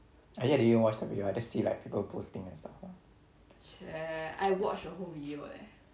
I didn't I didn't watch the video I just see people like posting and stuff ah I watch you who you eh okay but then why did you have depression